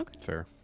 fair